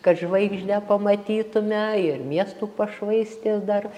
kad žvaigždę pamatytume ir miestų pašvaistės dar